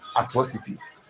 atrocities